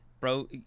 bro